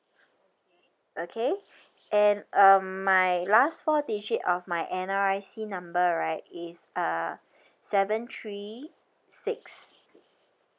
okay and um my last four digit of my N_R_I_C number right is uh seven three six